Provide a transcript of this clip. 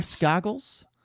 goggles